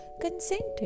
consented